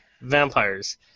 vampires